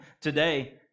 today